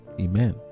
Amen